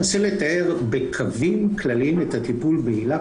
אני אנסה לתאר בקווים כלליים את הטיפול בהילה,